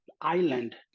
island